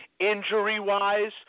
Injury-wise